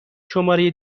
شماره